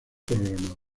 programador